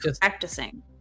practicing